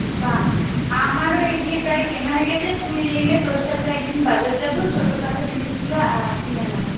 বাহ্ আমারও এ দিকে প্রায় কেনা হয়ে গিয়েছে তুই এলে তোর সাথে একদিন বাজার যাব ছোটখাটো জিনিসগুলো কিনে নেব